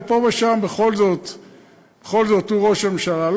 אבל פה ושם בכל זאת הוא ראש הממשלה.